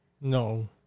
No